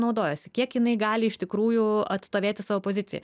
naudojasi kiek jinai gali iš tikrųjų atstovėti savo poziciją